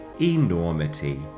enormity